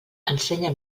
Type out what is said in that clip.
ensenya